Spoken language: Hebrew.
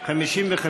לסעיף 1 לא נתקבלה.